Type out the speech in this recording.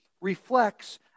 reflects